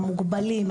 המוגבלים,